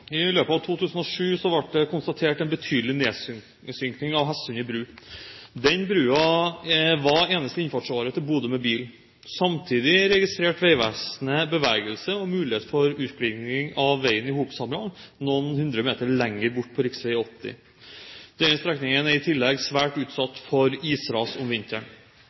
I løpet av 2007 ble det konstatert en betydelig nedsynking av Hestsundet bru. Den brua var eneste innfartsåre til Bodø med bil. Samtidig registrerte Vegvesenet bevegelse og mulighet for utglidning av veien i Hopshamran, noen hundre meter lenger borte på rv. 80. Denne strekningen er i tillegg svært utsatt for isras om vinteren.